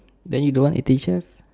then you don't want eighteen chef